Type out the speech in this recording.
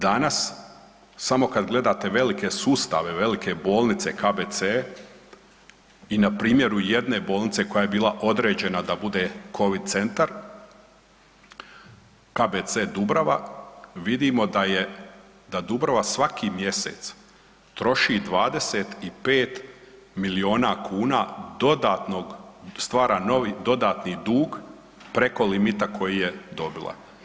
Danas, samo kada gledate velike sustave, velike bolnice, KBC-e i na primjeru jedne bolnice koja je bila određena da bude covid centar, KBC Dubrava vidimo da Dubrava svaki mjesec troši 25 milijuna kuna dodatnog, stvara novi dodatni dug preko limita koji je dobila.